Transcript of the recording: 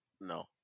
no